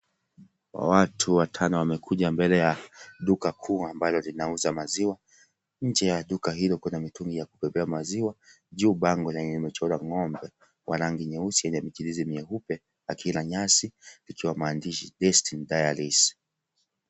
Watu watano wamekuja mbele ya duka kuu ambalo linauza maziwa nje ya duka hilo kuna mitungi ya kubebea maziwa juu bango lenye limechorwa ng'ombe wa rangi nyeusi yenye michirizi mieupe akila nyasi ikiwa maandishi Destiny Dairies.